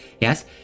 yes